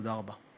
תודה רבה.